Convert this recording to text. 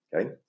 Okay